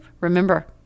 remember